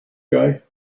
guy